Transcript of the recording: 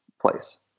place